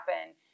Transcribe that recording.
happen